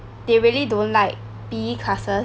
they really don't like P_E classes